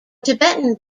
tibetan